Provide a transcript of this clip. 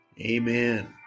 Amen